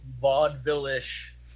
vaudeville-ish